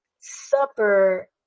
Supper